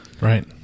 Right